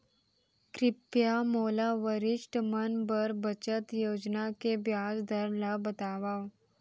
कृपया मोला वरिष्ठ मन बर बचत योजना के ब्याज दर ला बतावव